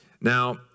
Now